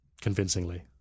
convincingly